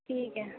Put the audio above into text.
ठीक ऐ